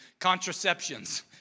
contraceptions